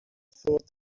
thought